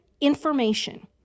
information